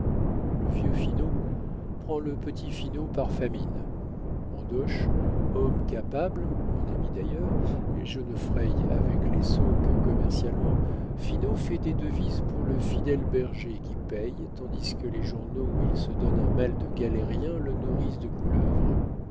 le vieux finot prend le petit finot par famine andoche homme capable mon ami d'ailleurs et je ne fraye avec les sots que commercialement finot fait des devises pour le fidèle berger qui paie tandis que les journaux où il se donne un mal de galérien le nourrissent de couleuvres